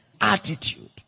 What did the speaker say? attitude